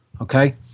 Okay